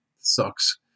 Sucks